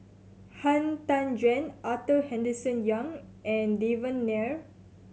Han Tan Juan Arthur Henderson Young and Devan Nair